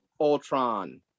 Ultron